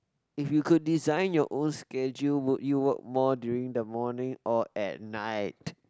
if you could design your own schedule would you work more during the morning or at night